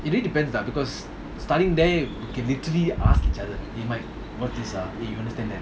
it really depends lah because studying there you can literally ask each other eh like what's this ah eh you understand that or not